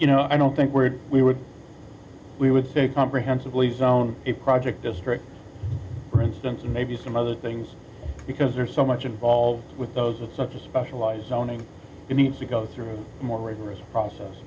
you know i don't think we're we would we would say comprehensively zone a project district for instance and maybe some other things because there's so much involved with those with such a specialized zoning you need to go through a more rigorous process